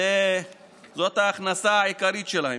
זאת ההכנסה העיקרית שלהם.